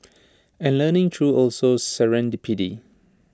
and learning through also serendipity